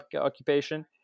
occupation